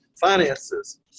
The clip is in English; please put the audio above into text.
finances